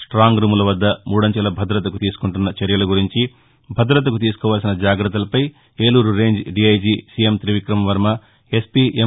ప్రాంగ్ రూముల వద్ద మూడంచెల భద్రతకు తీసుకుంటున్న చర్యల గురించి భద్రతకు తీసుకోవాల్సిన జాగ్రత్తలపై Eluru range DIG CM Trivikrama Varma SP ఎం